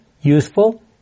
useful